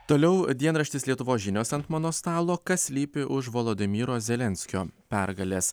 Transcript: toliau dienraštis lietuvos žinios ant mano stalo kas slypi už volodymyro zelenskio pergalės